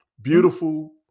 Beautiful